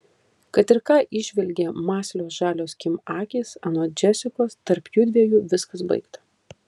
kad ir ką įžvelgė mąslios žalios kim akys anot džesikos tarp jųdviejų viskas baigta